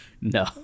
no